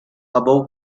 abou